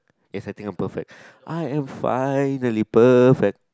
yes I think I'm perfect I am finally perfect